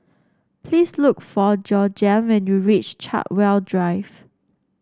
please look for Georgiann when you reach Chartwell Drive